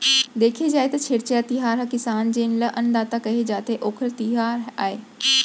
देखे जाए त छेरछेरा तिहार ह किसान जेन ल अन्नदाता केहे जाथे, ओखरे तिहार आय